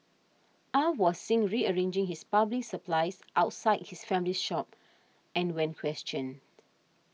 Aw was seen rearranging his plumbing supplies outside his family's shop and when questioned